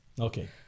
Okay